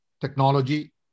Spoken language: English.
technology